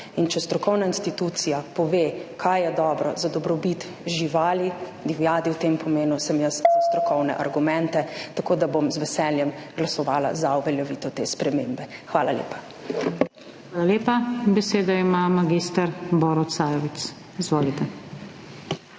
in če strokovna institucija pove kaj je dobro za dobrobit živali, divjadi v tem pomenu, sem jaz za strokovne argumente, tako da bom z veseljem glasovala za uveljavitev te spremembe. Hvala lepa. PODPREDSEDNICA NATAŠA SUKIČ: Hvala lepa. Besedo ima mag. Borut Sajovic, izvolite.